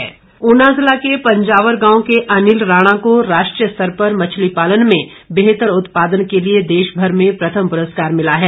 प्रथम पुरस्कार ऊना जिला के पंजावर गांव के अनिल राणा को राष्ट्रीय स्तर पर मछली पालन में बेहतर उत्पादन के लिए देश भर में प्रथम पुरस्कार मिला है